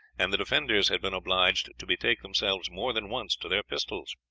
and the defenders had been obliged to betake themselves more than once to their pistols.